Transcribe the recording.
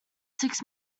six